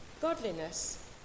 godliness